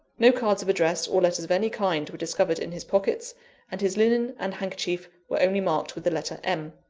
no cards of address or letters of any kind were discovered in his pockets and his linen and handkerchief were only marked with the letter m.